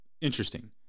interesting